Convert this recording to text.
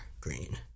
green